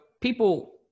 people –